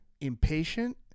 impatient